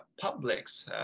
publics